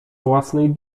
własnej